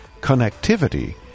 connectivity